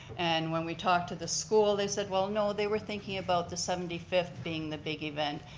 and when we talked to the school, they said, well no, they were thinking about the seventy fifth being the big event.